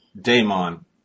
daemon